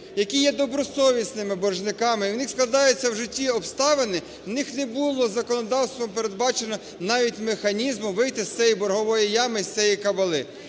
які є добросовісними боржниками, у них складаються в житті обставини, у них не було законодавством передбачено навіть механізму вийти з цієї боргової ями, з цієї кабали,